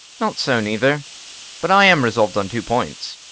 not so, neither but i am resolv'd on two points.